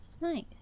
nice